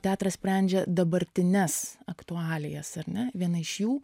teatras sprendžia dabartines aktualijas ar ne viena iš jų